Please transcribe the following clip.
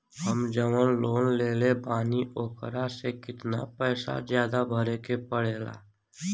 हम जवन लोन लेले बानी वोकरा से कितना पैसा ज्यादा भरे के पड़ेला?